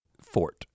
fort